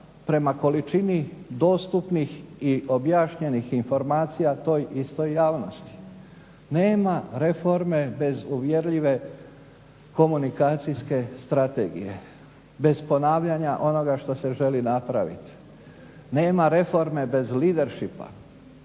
prema količini dostupnih i objašnjenih informacija toj istoj javnosti. Nema reforme bez uvjerljive komunikacijske strategije, bez ponavljanja onoga što se želi napraviti, nema reforme bez lidershipa.